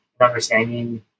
understanding